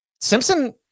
Simpson